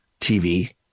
TV